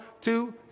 two